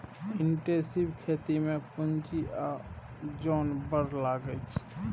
intensive खेती मे पुंजी आ जोन बड़ लगै छै